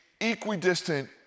equidistant